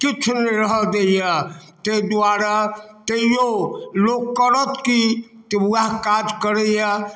किछु नहि रहऽ दैये तइ दुआरे तैयो लोक करत की तऽ वएह काज करैये